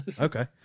Okay